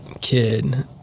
kid